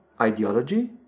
ideology